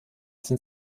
sind